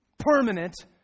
Permanent